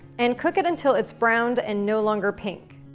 and cook it until it's browned and no longer pink.